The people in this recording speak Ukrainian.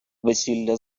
весілля